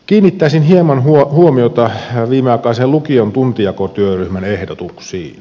kiinnittäisin hieman huomiota viimeaikaisen lukion tuntijakotyöryhmän ehdotuksiin